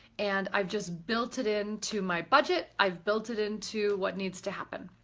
and i've just built it in to my budget, i've built it into what needs to happen.